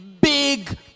big